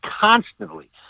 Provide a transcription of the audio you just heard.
constantly